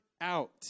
out